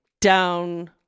down